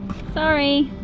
sorry.